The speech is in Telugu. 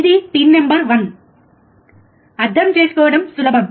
ఇది పిన్ నంబర్ వన్ అర్థం చేసుకోవడం సులభం